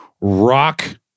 rock